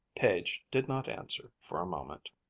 page did not answer for a moment.